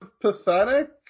pathetic